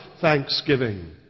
thanksgiving